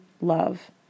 love